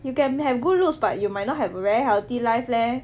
you can have good looks but you might not have really healthy life leh